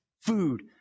food